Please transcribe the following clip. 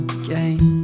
again